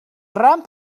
ramp